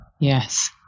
Yes